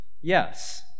yes